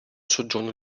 soggiorno